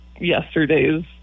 yesterday's